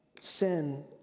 sin